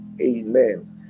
Amen